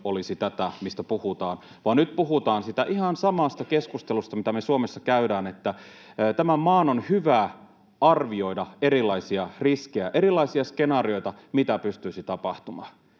olisi tätä, mistä puhutaan, vaan nyt puhutaan siitä ihan samasta keskustelusta, mitä me Suomessa käydään, että tämän maan on hyvä arvioida erilaisia riskejä, erilaisia skenaarioita, mitä pystyisi tapahtumaan.